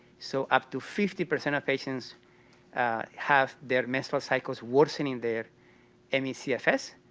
so up to fifty percent of patients have their menstrual cycles worsening their and me cfs,